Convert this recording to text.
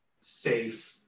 safe